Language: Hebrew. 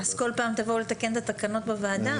אז כול פעם תבואו לתקן את התקנות בוועדה?